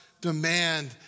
demand